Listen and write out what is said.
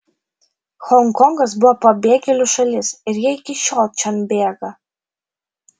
honkongas buvo pabėgėlių šalis ir jie iki šiol čion bėga